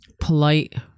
polite